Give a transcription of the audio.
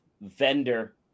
vendor